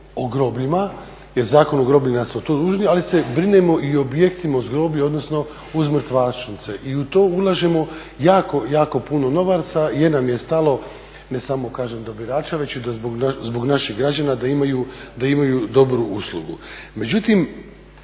o grobljima jer Zakon o grobljima smo tu dužni, ali se brinemo i o objektima uz groblje, odnosno uz mrtvačnice i u to ulažemo jako, jako puno novaca jer nam je stalo, ne samo kažem do birača već i zbog naših građana da imaju dobru uslugu.